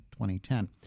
2010